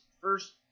first